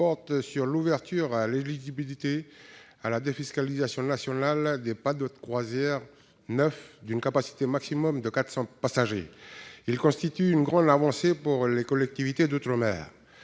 vise à ouvrir l'éligibilité à la défiscalisation nationale des bateaux de croisière neufs d'une capacité maximum de 400 passagers. C'est une grande avancée pour les collectivités d'outre-mer,